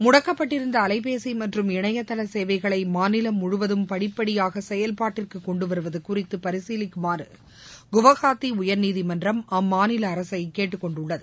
முடக்கப்பட்டிருந்த அலைபேசி மற்றும் இணையதள சேவைகளை மாநிலம் முழுவதும் படிப்படியாக செயல்பாட்டிற்கு கொண்டுவருவது குறித்து பரசீலிக்குமாறு குவஹாத்தி உயர்நீதிமன்றம் அம்மாநில அரசை கேட்டுக் கொண்டுள்ளது